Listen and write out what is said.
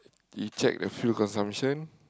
you check the fuel consumption